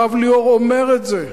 הרב ליאור אמר את זה,